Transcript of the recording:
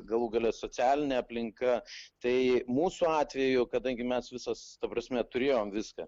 galų gale socialinė aplinka tai mūsų atveju kadangi mes visos ta prasme turėjom viską